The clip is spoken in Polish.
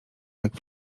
jak